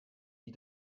die